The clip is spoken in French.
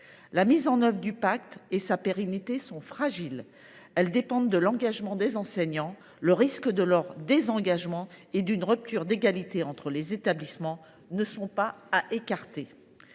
La mise en œuvre et la pérennité du pacte sont fragiles, elles dépendront de l’engagement des enseignants et le risque de leur désengagement et d’une rupture d’égalité entre les établissements n’est pas à écarter.